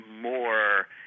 more